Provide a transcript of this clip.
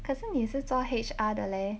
可是你是做 H_R 的嘞